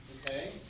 Okay